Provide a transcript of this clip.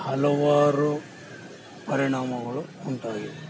ಹಲವಾರು ಪರಿಣಾಮಗಳು ಉಂಟಾಗಿ